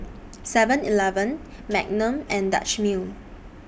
Seven Eleven Magnum and Dutch Mill